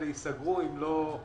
החברות האלה ייסגרו אם לא יקבלו סיוע.